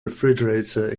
refrigerator